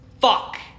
Fuck